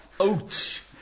Ouch